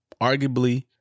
arguably